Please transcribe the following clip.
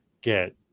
get